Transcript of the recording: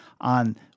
on